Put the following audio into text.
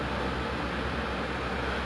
so how did the anime help though